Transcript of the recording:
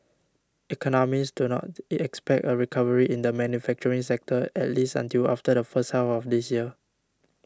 economists do not it expect a recovery in the manufacturing sector at least until after the first half of this year